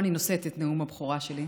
שבו אני נושאת את נאום הבכורה שלי,